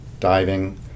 diving